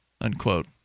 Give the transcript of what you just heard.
unquote